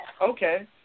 okay